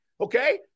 okay